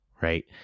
Right